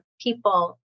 people